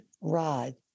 rod